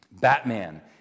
Batman